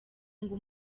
ngo